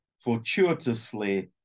fortuitously